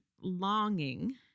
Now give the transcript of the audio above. longing